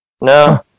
No